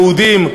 יהודים,